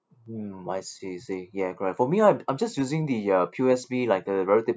mm I see I see ya correct for me I'm I'm just using the uh P_O_S_B like a relative